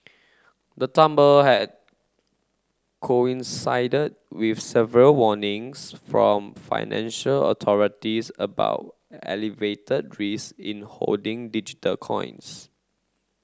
the tumble had coincided with several warnings from financial authorities about elevated risk in holding digital coins